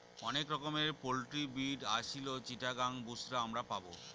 অনেক রকমের poultry breed Aseel, Chittagong, বুশরা আমরা পাবো